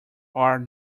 are